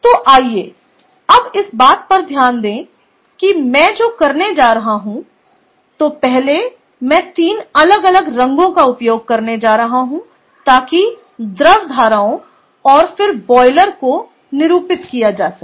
तो आइए हम इस बात पर ध्यान दें कि मैं जो करने जा रहा हूं तो पहले मैं 3 अलग अलग रंगों का उपयोग करने जा रहा हूं ताकि द्रव धाराओं और फिर बायलर को निरूपित किया जा सके